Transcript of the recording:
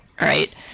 right